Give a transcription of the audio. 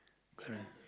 correct